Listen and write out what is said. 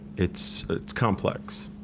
it's it's complex.